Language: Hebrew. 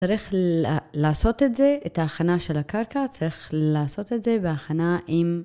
צריך לעשות את זה, את ההכנה של הקרקע, צריך לעשות את זה בהכנה עם...